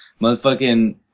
motherfucking